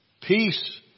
Peace